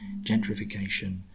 gentrification